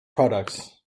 products